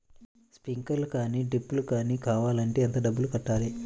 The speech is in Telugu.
స్ప్రింక్లర్ కానీ డ్రిప్లు కాని కావాలి అంటే ఎంత డబ్బులు కట్టాలి?